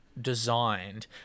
designed